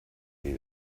qui